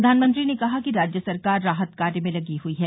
प्रधानमंत्री ने कहा कि राज्य सरकार राहत कार्य में लगी हुई है